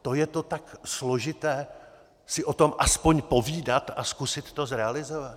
To je to tak složité si o tom aspoň povídat a zkusit to zrealizovat?